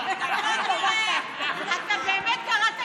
ואת זה אתם לא יודעים